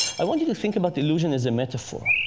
i want you to think about illusion as a metaphor.